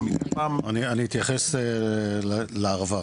אני אתייחס לערבה,